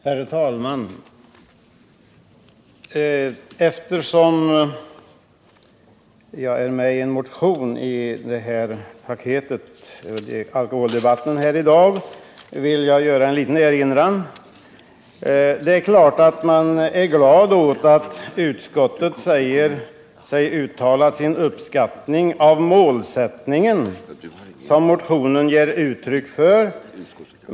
Herr talman! Eftersom jag står med på en motion som behandlas i detta alkoholpolitiska paket, vill jag göra en liten erinran. Det är klart att man är glad åt att utskottet uttalar sin uppskattning av den målsättning som motionen ger uttryck för.